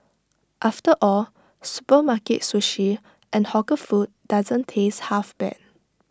after all supermarket sushi and hawker food doesn't taste half bad